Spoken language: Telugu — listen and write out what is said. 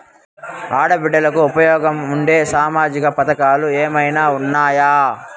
ఆడ బిడ్డలకు ఉపయోగం ఉండే సామాజిక పథకాలు ఏమైనా ఉన్నాయా?